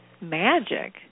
magic